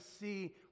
see